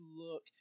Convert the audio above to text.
look